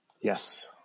Yes